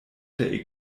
der